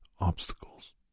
obstacles